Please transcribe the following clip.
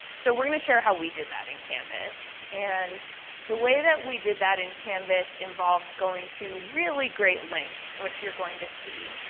so we're going to share how we did that in canvas. and the way that we did that in canvas involved going to really great lengths, which you're going to see.